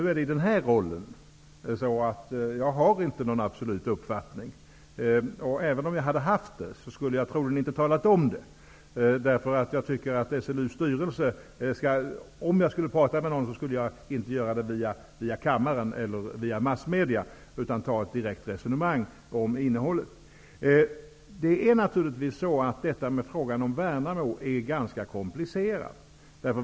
Men i den roll jag har nu har jag inte någon absolut uppfattning. Och även om jag hade haft det skulle jag troligen inte ha talat om det. Om jag skulle prata med någon skulle jag inte göra det via kammaren eller via massmedia utan ta upp ett direkt resonemang om innehållet. Frågan om Värnamo är naturligtvis ganska komplicerad.